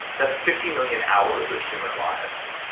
that's fifty million hours of human lives.